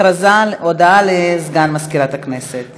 הודעה לסגן מזכירת הכנסת.